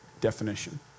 definition